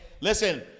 Listen